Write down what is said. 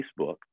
Facebook